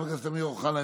חבר הכנסת אמיר אוחנה,